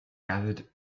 gathered